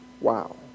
Wow